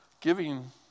Giving